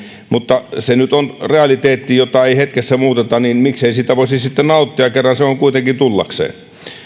mutta koska se nyt on realiteetti jota ei hetkessä muuteta niin miksei siitä voisi sitten nauttia kerran se on kuitenkin tullakseen